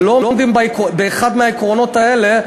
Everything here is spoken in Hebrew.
כשלא עומדים באחד מהעקרונות האלה,